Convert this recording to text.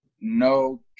no